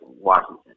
Washington